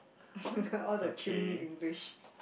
all the chim English